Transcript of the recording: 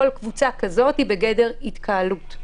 כל קבוצה כזאת היא בגדר התקהלות.